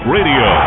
Radio